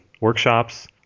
workshops